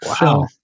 Wow